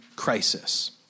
Crisis